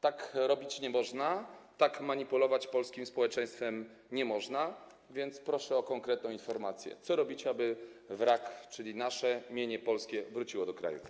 Tak robić nie można, tak manipulować polskim społeczeństwem nie można, więc proszę o konkretną informację, co robicie, aby wrak, czyli nasze mienie polskie, wrócił do kraju.